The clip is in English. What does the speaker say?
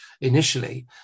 initially